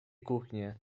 kuchnie